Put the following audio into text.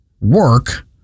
work